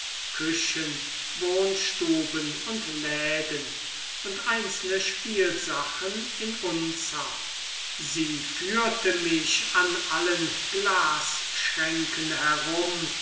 küchen wohnstuben und läden und einzelne spielsachen in unzahl sie führte mich an allen glasschränken herum